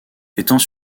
étant